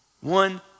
One